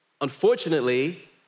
unfortunately